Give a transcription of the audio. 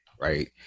right